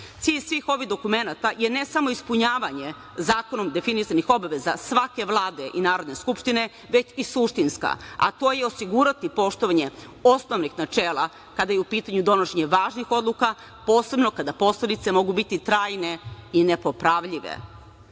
svih ovih dokumenata je ne samo ispunjavanje zakonom definisanih obaveza svake Vlade i Narodne skupštine, već i suštinska, a to je osigurati poštovanje osnovnih načela kada je u pitanju donošenje važnih odluka, posebno kada posledice mogu biti trajne i nepopravljive